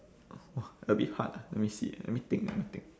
!wah! a bit hard ah let me see let me think let me think